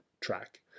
track